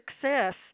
success